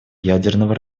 ядерного